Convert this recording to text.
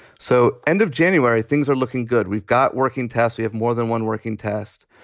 so end of january, things are looking good. we've got working tests. we have more than one working test.